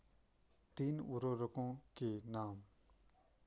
तीन उर्वरकों के नाम?